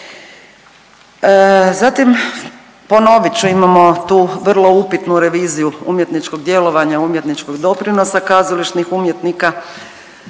Zatim ponovit ću, imamo tu vrlo upitnu reviziju umjetničkog djelovanja, umjetničkog doprinosa kazališnih umjetnika.